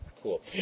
cool